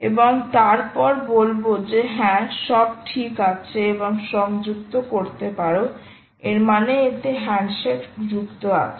এবং তারপর বলব যে হ্যাঁ সব ঠিক আছে এবার সংযুক্ত করতে পারো এর মানে এতে হ্যান্ডশেক যুক্ত আছে